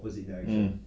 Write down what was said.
um